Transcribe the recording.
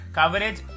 coverage